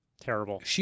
Terrible